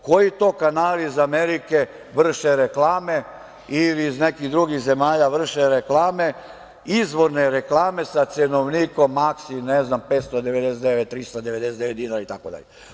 Koji to kanali iz Amerike vrše reklame, ili iz nekih drugih zemalja, izvorne reklame sa cenovnikom „Maksi“, ne znam, 599, 399 dinara itd.